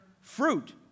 fruit